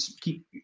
keep